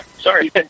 Sorry